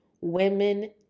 women